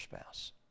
spouse